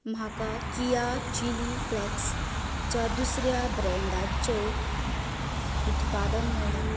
म्हाका कीया chilli flakes च्या दुसऱ्या ब्रॅन्डाचें उत्पादन मेळ्ळें